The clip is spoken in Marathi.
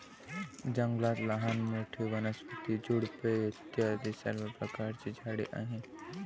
जंगलात लहान मोठी, वनस्पती, झुडपे इत्यादी सर्व प्रकारची झाडे आहेत